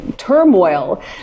turmoil